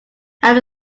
had